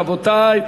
רבותי,